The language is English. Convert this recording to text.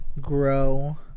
grow